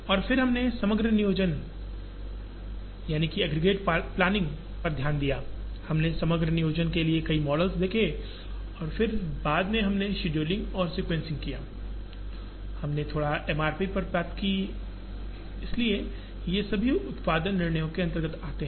और फिर हमने समग्र नियोजन पर ध्यान दिया हमने समग्र नियोजन के लिए कई मॉडल देखे और फिर बाद में हमने शेड्यूलिंग और सिक्वेंसिंग किया हमने थोड़ा एमआरपी पर बात की इसलिए ये सभी उत्पादन निर्णयों के अंतर्गत आते हैं